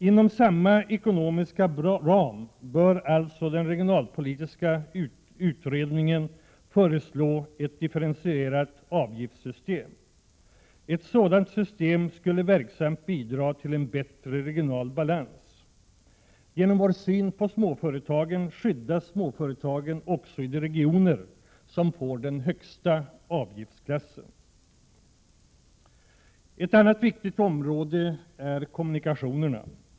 Inom samma ekonomiska ram bör alltså den regionalpolitiska utredningen föreslå ett differentierat avgiftssystem. Ett sådant system skulle verksamt bidra till en bättre regional balans. Genom vår syn på småföretagen skyddas småföretagen också i de regioner som får den högsta avgiftsklassen. Ett annat viktigt område är kommunikationerna.